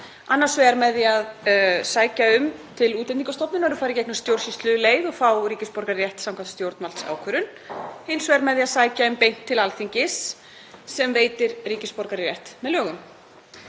annars vegar með því að sækja um til Útlendingastofnunar og fara í gegnum stjórnsýsluleið og fá ríkisborgararétt samkvæmt stjórnvaldsákvörðun, og hins vegar með því að sækja um beint til Alþingis sem veitir ríkisborgararétt með lögum.